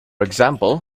example